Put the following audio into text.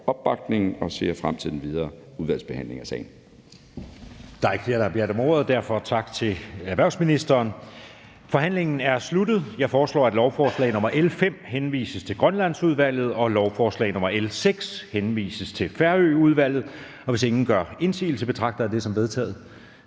opbakningen og ser frem til den videre udvalgsbehandling af sagen.